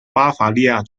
巴伐利亚州